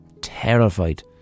terrified